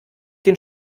den